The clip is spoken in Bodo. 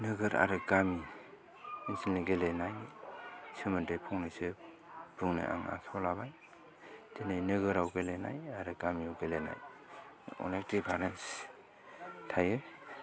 नोगोर आरो गामि ओनसोलनि गेलेनाय सोमोन्दै फंनैसो बुंनो आं आखायाव लाबाय दिनै नोगोराव गेलेनाय आरो गामियाव गेलेनाय अनेक दिपारेन्स थायो